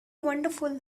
wonderful